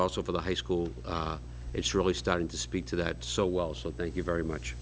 also for the high school it's really starting to speak to that so well so thank you very much